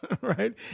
right